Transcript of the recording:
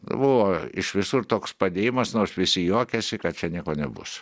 buvo iš visur toks padėjimas nors visi juokėsi kad čia nieko nebus